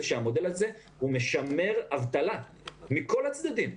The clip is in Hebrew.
שהמודל הזה משמר אבטלה מכל הצדדים,